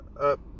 up